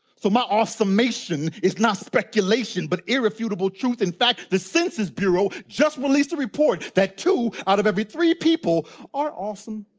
so my awesomation is not speculation, but irrefutable truth. in fact, the census bureau just released the report that two out of every three people are awesome.